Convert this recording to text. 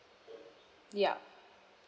ya